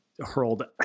hurled